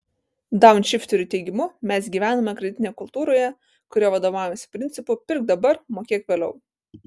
daunšifterių teigimu mes gyvename kreditinėje kultūroje kurioje vadovaujamasi principu pirk dabar mokėk vėliau